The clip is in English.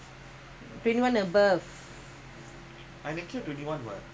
why talk about next year this month next actually monday சாவிகொண்டுவா:saavi konduvaa